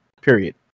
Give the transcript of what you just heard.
period